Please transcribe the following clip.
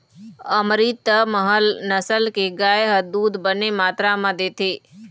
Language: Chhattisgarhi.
अमरितमहल नसल के गाय ह दूद बने मातरा म देथे